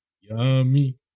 Yummy